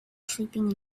sleeping